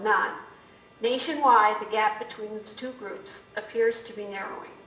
not nationwide the gap between the two groups appears to be narrowing